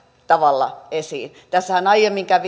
tavalla esiin tässähän aiemmin tänään kävi